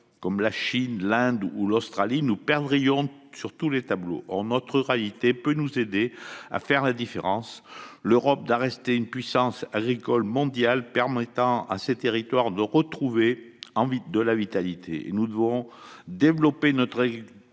comme la Chine, l'Inde ou l'Australie, nous perdrions sur tous les tableaux. Notre ruralité peut nous aider à faire la différence : l'Europe doit rester une puissance agricole mondiale, permettant à ses territoires de retrouver de la vitalité. Nous devons développer notre